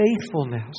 faithfulness